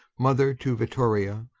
mother to vittoria,